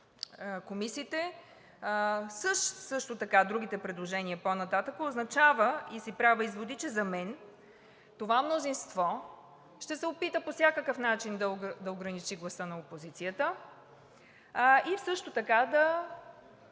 комисиите. Също и другите предложения нататък означава и си правя изводи, че за мен това мнозинство ще се опита по всякакъв начин да ограничи гласа на опозицията. Също така да